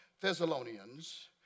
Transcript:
Thessalonians